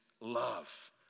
love